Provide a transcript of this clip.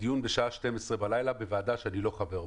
דיון ב-12:00 בלילה בוועדה שאני לא חבר בה.